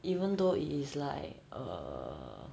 even though it is like err